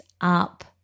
up